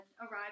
arrived